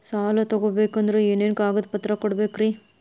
ಸಾಲ ತೊಗೋಬೇಕಂದ್ರ ಏನೇನ್ ಕಾಗದಪತ್ರ ಕೊಡಬೇಕ್ರಿ?